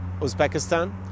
Uzbekistan